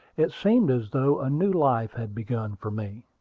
it seemed as though a new life had begun for me.